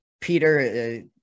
Peter